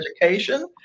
education